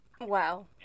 Wow